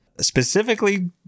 Specifically